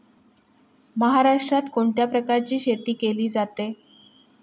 महाराष्ट्रात कोण कोणत्या प्रकारची शेती केली जाते?